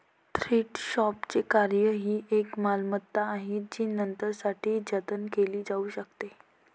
thrift शॉपचे कार्य ही एक मालमत्ता आहे जी नंतरसाठी जतन केली जाऊ शकते